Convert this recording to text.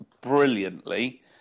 brilliantly